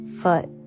foot